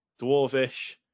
dwarvish